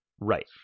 right